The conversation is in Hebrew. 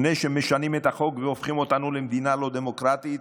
לפני שמשנים את החוק והופכים אותנו למדינה לא דמוקרטית,